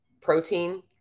protein